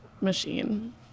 machine